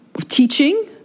teaching